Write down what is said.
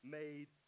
made